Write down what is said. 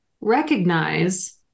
recognize